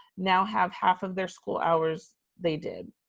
now have half of their school hours they did.